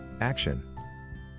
Action